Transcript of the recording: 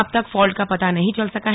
अब तक फॉल्ट का पता नहीं चल सका है